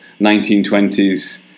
1920s